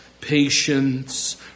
patience